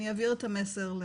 אני אעביר את המסר,